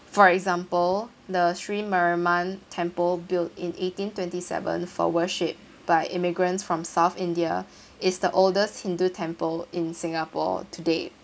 for example the Sri Mariamman temple built in eighteen twentys even for worship by immigrants from south india is the oldest hindu temple in singapore today